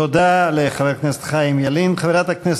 דברי הכנסת חוברת א'